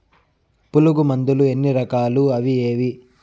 పులుగు మందులు ఎన్ని రకాలు అవి ఏవి?